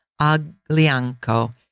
Aglianco